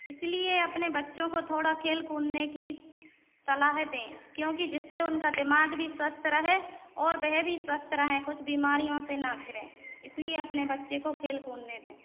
इसीलिए अपने बच्चों को थोड़ा खेल कूदने की सलाह दें क्योंकि जिससे उनका दिमाग भी स्वस्थ रहे और वह भी स्वस्थ रहें कुछ बीमारियों से ना घिरें इसलिए अपने बच्चे को खेल कूदने दें